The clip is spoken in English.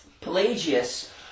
Pelagius